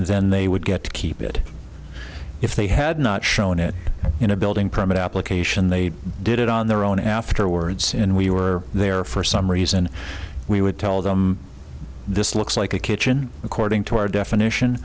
then they would get to keep it if they had not shown it in a building permit application they did it on their own afterwards and we were there for some reason we would tell them this looks like a kitchen according to our definition